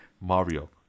Mario